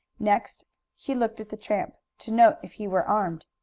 next he looked at the tramp, to note if he were armed.